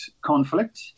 conflict